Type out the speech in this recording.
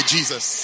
Jesus